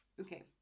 Okay